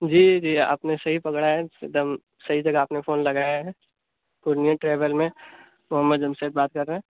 جی جی آپ نے صحیح پکڑا ہے ایک دم صحیح جگہ آپ نے فون لگایا ہے پورنیہ ٹریول میں محمد جمشید بات کر رہے ہیں